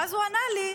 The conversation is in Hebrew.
ואז הוא ענה לי: